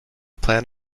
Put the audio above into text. plan